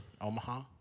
Omaha